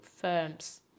firms